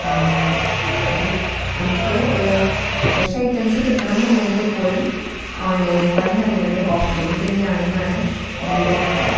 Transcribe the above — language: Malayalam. അത് നമുക്ക് ഫ്രഷ് ഐറ്റംസ് കിട്ടണമെന്നുണ്ടെങ്കിലെപ്പോഴും ഓൺലൈനെക്കാളും നല്ലത് ഓഫ് ലൈൻ തന്നെയാണെന്നാണ് എന്റെ ഒരഭിപ്രായം